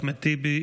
אחמד טיבי,